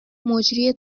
مجری